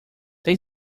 tem